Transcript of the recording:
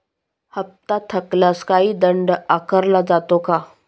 हप्ता थकल्यास काही दंड आकारला जातो का?